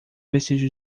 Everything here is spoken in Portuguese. vestido